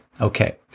Okay